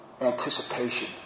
anticipation